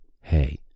Hey